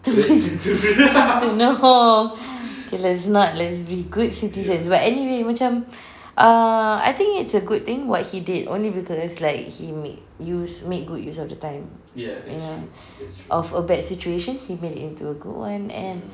no okay let's not let's be good citizens but anyway macam ah I think it's a good thing what he did only because like he made use make good use of the time you know of a bad situation he made it into a good one and